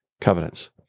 covenants